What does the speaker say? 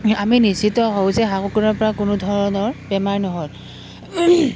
আমি নিশ্চিত হওঁ যে হাঁহ কুকুৰাৰপৰা কোনো ধৰণৰ বেমাৰ নহ'ল